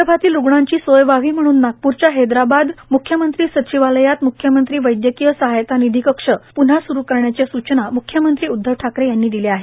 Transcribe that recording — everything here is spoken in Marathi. विदर्भातील रुग्णांची सोय व्हावी म्हणून नागपूरच्या हैद्राबाद येथील म्ख्यमंत्री सचिवालयात म्ख्यमंत्री वैदयकीय सहायता निधी कक्ष पून्हा सुरू करण्याच्या सूचना मुख्यमंत्री उदधव ठाकरे यांनी दिल्या आहेत